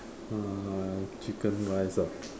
uh chicken rice ah